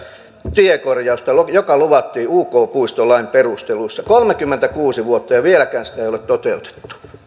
tiekorjausta joka luvattiin uk puistolain perusteluissa kolmekymmentäkuusi vuotta ja vieläkään sitä ei ole toteutettu